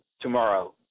tomorrow